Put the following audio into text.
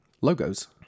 Logos